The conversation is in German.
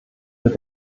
wir